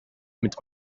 mit